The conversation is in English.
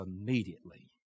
immediately